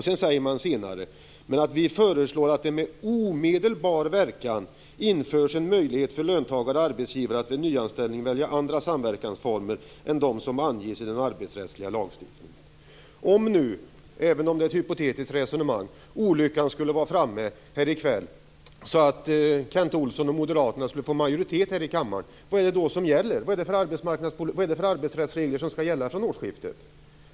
Sedan föreslår man att det "med omedelbar verkan införs en möjlighet för löntagare och arbetsgivare att vid nyanställning välja andra samverkansformer än dem som anges i den arbetsrättsliga lagstiftningen". Om nu olyckan skulle vara framme - det är ett hypotetiskt resonemang - och Kent Olsson och Moderaterna här i kväll får majoritet här i kammaren, vad är det då som gäller? Vilka arbetsrättsregler skall gälla från årsskiftet?